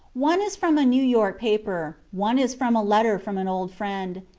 one is from a new york paper, one is from a letter from an old friend,